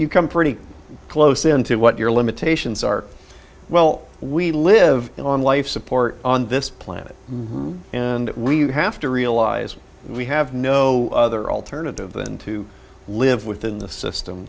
you come pretty close in to what your limitations are well we live on life support on this planet and we have to realize we have no other alternative than to live within the system